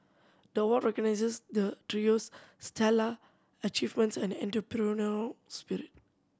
the award recognises the trio's stellar achievements and entrepreneurial spirit